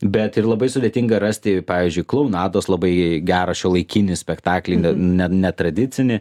bet ir labai sudėtinga rasti pavyzdžiui klounados labai gerą šiuolaikinį spektaklį ne netradicinį